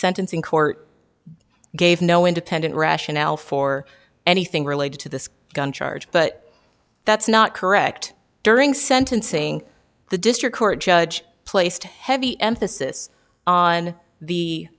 sentencing court gave no independent rationale for anything related to the gun charge but that's not correct during sentencing the district court judge placed a heavy emphasis on the